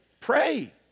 Pray